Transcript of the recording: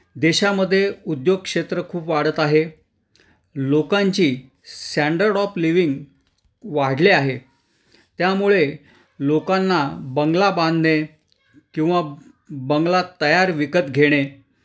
देशामध्ये उद्योग क्षेत्र खूप वाढत आहे लोकांची स्टँडर्ड ऑफ लिविंग वाढले आहे त्यामुळे लोकांना बंगला बांधणे किंवा बंगला तयार विकत घेणे